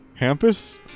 Hampus